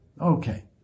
Okay